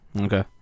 Okay